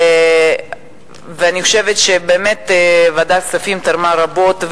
ואני חושבת שבאמת ועדת הכספים תרמה רבות,